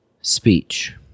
speech